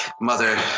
mother